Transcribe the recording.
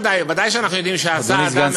ודאי שאנחנו יודעים שעשה אדם,